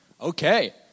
Okay